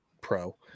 pro